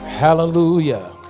hallelujah